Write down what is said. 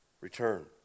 return